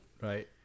right